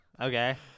Okay